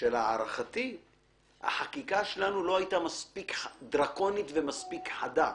שלהערכתי החקיקה לא היתה מספיק דרקונית ומספיק חדה.